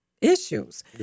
issues